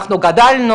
אנחנו גדלנו,